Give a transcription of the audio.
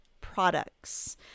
products